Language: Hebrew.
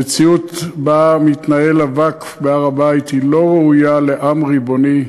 המציאות שבה הווקף מתנהל בהר-הבית לא ראויה לעם ריבוני,